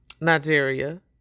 Nigeria